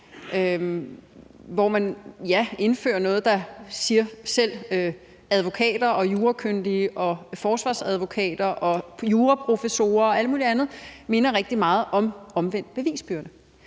hvor man indfører noget, som selv advokater, jurakyndige, forsvarsadvokater, juraprofessorer og alle mulige andre siger minder rigtig meget om omvendt bevisbyrde,